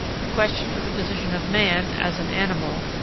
the question of the position of man, as an animal,